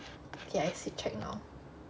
okay I see check now